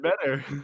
better